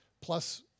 plus